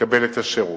לקבל את השירות.